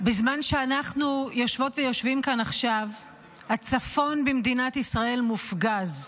בזמן שאנחנו יושבות ויושבים כאן עכשיו הצפון במדינת ישראל מופגז,